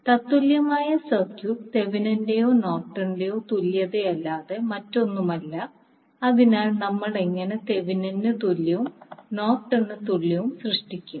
തത്തുല്യമായ സർക്യൂട്ട് തെവെനിന്റെയോ Thevinin's നോർട്ടണിന്റെയോ Norton's തുല്യതയല്ലാതെ മറ്റൊന്നുമല്ല അതിനാൽ നമ്മൾ എങ്ങനെ തെവെനിന് Thevinin's തുല്യവും നോർട്ടൺ തുല്യവും Norton's സൃഷ്ടിക്കും